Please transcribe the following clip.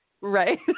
Right